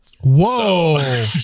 Whoa